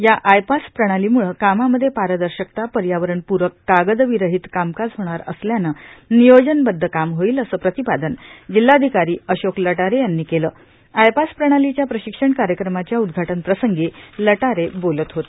या आय पास प्रणालीम्ळे कामामध्ये पारदर्शकता पर्यावरण पूरक कागदविरहित कामकाज होणार असल्याने नियोजनबद्ध काम होईल अस प्रतिपादन जिल्हाधिकारी अशोक लटारे याछी केल आय पास प्रणालीच्या प्रशिक्षण कार्यक्रमाच्या उद्घाटन प्रसश्ची लटारे बोलत होते